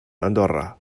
andorra